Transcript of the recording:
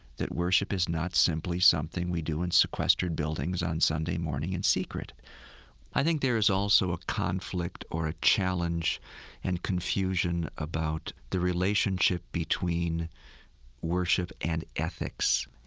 that worship is not simply something we do in sequestered buildings on sunday morning in secret i think there is also a conflict or a challenge and confusion about the relationship between worship and ethics,